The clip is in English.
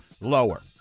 lower